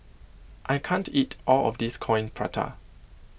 I can't eat all of this Coin Prata